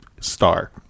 Star